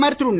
பிரதமர் திரு